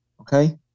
Okay